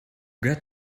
got